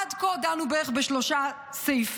ועד כה דנו בערך בשלושה סעיפים.